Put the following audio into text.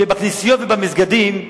שבכנסיות ובמסגדים,